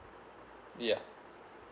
yeah